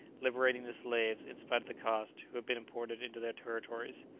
liberating the slaves, in spite of the cost, who had been imported into their territories.